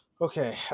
Okay